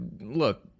look